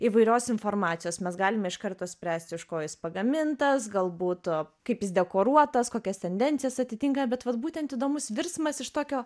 įvairios informacijos mes galime iš karto spręsti iš ko jis pagamintas galbūt kaip jis dekoruotas kokias tendencijas atitinka bet vat būtent įdomus virsmas iš tokio